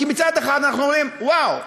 כי מצד אחד אנחנו אומרים: וואו,